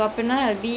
oh okay